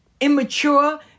immature